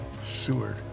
sewer